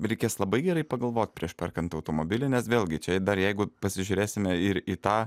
reikės labai gerai pagalvot prieš perkant automobilį nes vėlgi čia dar jeigu pasižiūrėsime ir į tą